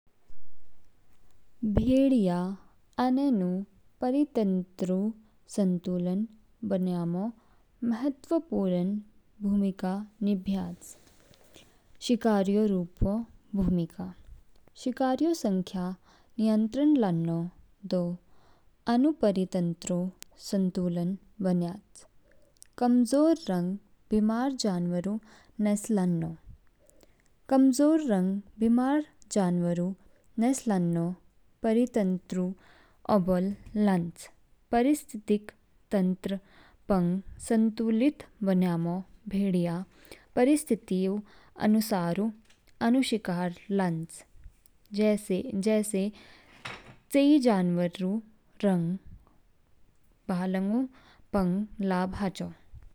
भेड़िया आनेनू परितंत्ररू संतुलन बनायमो महत्वपूर्ण भूमिका निब्याच। शिकारियु रूपो भूमिका। शिकारियु संख्या नियंत्रण लानलान दो अनु परितंत्ररू संतुलन बन्यायच। कमजोर रंग बीमार जनवरु नेसलानो। भेड़िया कमजोर रंग बीमार जनवरु नेस लानलान परितंत्रु ओबोल लॉन्च। पारिस्थितिक तंत्र पग संतुलित बन्यामों भेड़िया परिस्थितिऊ अनुसारिस अनु शिकार लॉन्च। जैसे चेई जानवर रंग बालंगा पग लाभ हाचो।